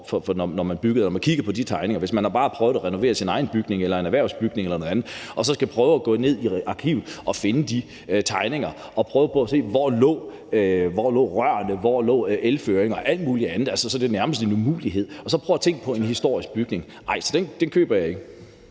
ved at kigge på de tegninger. Hvis man bare har prøvet at renovere sin egen bygning eller en erhvervsbygning eller noget andet og er gået i arkivet og har fundet de tegninger og så skal prøve at se på, hvor rørene lå, hvordan elføringen var, og alt muligt andet, så er det nærmest en umulighed. Og prøv så at tænke på en historisk bygning! Nej, den køber jeg ikke.